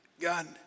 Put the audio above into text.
God